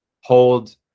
hold